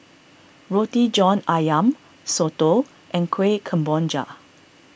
Roti John Ayam Soto and Kueh Kemboja